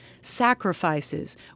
sacrifices